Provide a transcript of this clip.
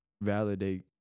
validate